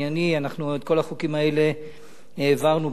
את כל החוקים האלה העברנו פה-אחד.